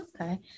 okay